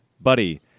buddy